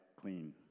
clean